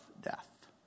death